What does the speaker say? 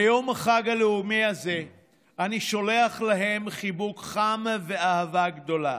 ביום חג לאומי זה אני שולח להם חיבוק חם ואהבה גדולה,